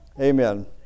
Amen